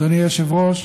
אדוני היושב-ראש,